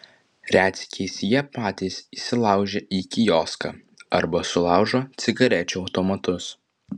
retsykiais jie patys įsilaužia į kioską arba sulaužo cigarečių automatus